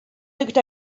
looked